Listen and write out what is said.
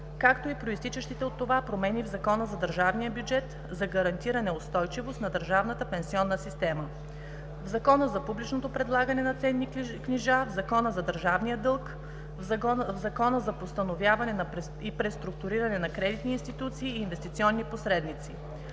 както и произтичащите от това промени в Закона за Държавния фонд за гарантиране устойчивост на държавната пенсионна система, в Закона за публичното предлагане на ценни книжа, в Закона за държавния дълг, в Закона за възстановяване и преструктуриране на кредитни институции и инвестиционни посредници.